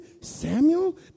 Samuel